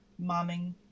momming